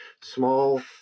small